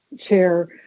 chair